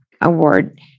Award